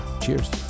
Cheers